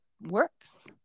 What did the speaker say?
works